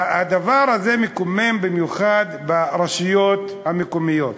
הדבר הזה מקומם במיוחד ברשויות המקומיות,